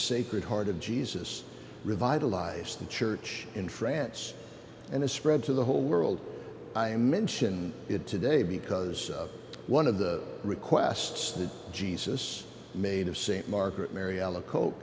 sacred heart of jesus revitalized the church in france and it spread to the whole world i mention it today because one of the requests that jesus made of st market mariella co